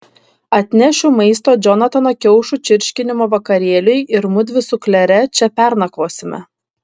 atnešiu maisto džonatano kiaušų čirškinimo vakarėliui ir mudvi su klere čia pernakvosime